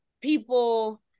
people